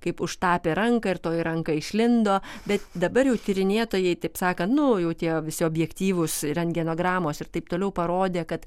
kaip užtapė ranką ir toji ranka išlindo bet dabar jau tyrinėtojai taip sakant nu jau tie visi objektyvūs rentgenogramos ir taip toliau parodė kad